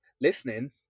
listening